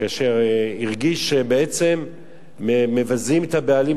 כאשר הרגיש שבעצם מבזים את הבעלים,